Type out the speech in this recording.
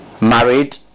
Married